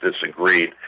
disagreed